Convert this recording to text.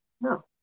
No